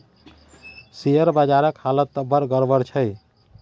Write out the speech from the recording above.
share बजारक हालत त बड़ गड़बड़ छै